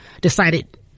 decided